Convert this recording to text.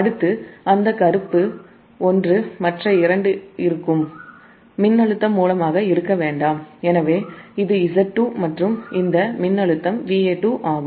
அடுத்து அந்த கருப்பு ஒன்று மற்ற இரண்டு மின்னழுத்த மூலமாக இருக்க வேண்டாம் எனவே இது Z2 மற்றும் இந்த மின்னழுத்தம் Va2 ஆகும்